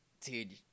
Dude